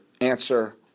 answer